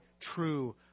true